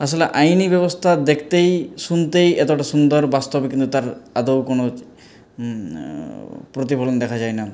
আসলে আইনি ব্যবস্থা দেখতেই শুনতেই এতটা সুন্দর বাস্তবে কিন্তু তার আদৌ কোনো প্রতিফলন দেখা যায় না